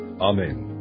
Amen